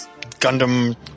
Gundam